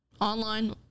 online